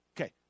Okay